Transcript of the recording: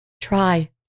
Try